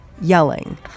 yelling